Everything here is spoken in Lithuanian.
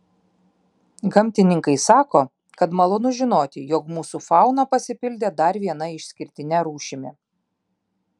gamtininkai sako kad malonu žinoti jog mūsų fauna pasipildė dar viena išskirtine rūšimi